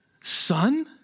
son